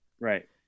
Right